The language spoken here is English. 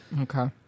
Okay